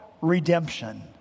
redemption